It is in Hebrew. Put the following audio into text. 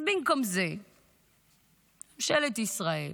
אז במקום זה ממשלת ישראל,